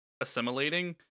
Assimilating